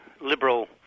liberal